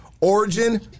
Origin